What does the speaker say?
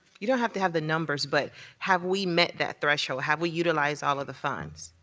you don't have to have the numbers, but have we met that threshold? have we utilized all of the funds?